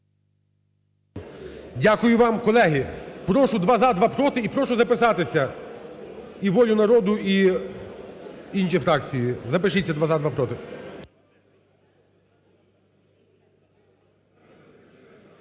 Дякую вам. Колеги, прошу: два – за, два – проти. І прошу записатися і "Волю народу" і інші фракції, запишіться: два – за, два – проти.